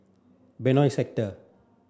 Benoi Sector